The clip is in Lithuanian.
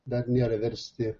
dar nėra versti